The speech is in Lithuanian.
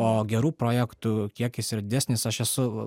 o gerų projektų kiekis yra didesnis aš esu